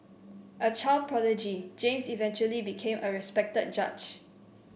a child prodigy James eventually became a respected judge